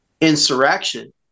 insurrection